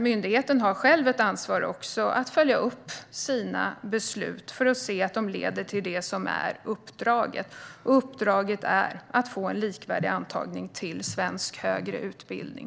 Myndigheten har ett ansvar för att följa upp sina beslut för att se att de leder till det som är uppdraget, nämligen att få en likvärdig antagning till svensk högre utbildning.